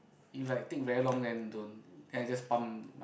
if like take very long then don't then I just pump my